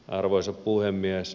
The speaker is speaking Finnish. arvoisa puhemies